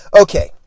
Okay